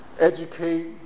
educate